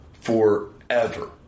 forever